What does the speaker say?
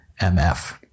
MF